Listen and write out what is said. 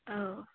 औ